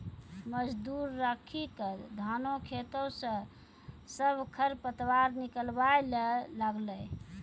मजदूर राखी क धानों खेतों स सब खर पतवार निकलवाय ल लागलै